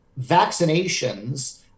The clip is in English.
vaccinations